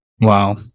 Wow